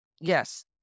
Yes